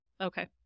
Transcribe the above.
Okay